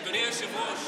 היושב-ראש,